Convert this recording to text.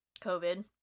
COVID